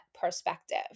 perspective